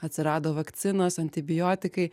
atsirado vakcinos antibiotikai